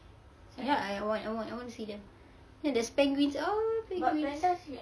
ya I want I want to see them then there's penguins oo penguins